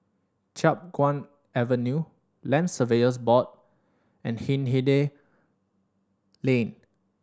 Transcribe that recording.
Chiap Guan Avenue Land Surveyors Board and Hindhede Lane